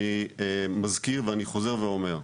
אני מזכיר, ואני חוזר ואומר,